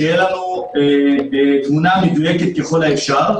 שתהיה לנו תמונה מדויקת ככל האפשר.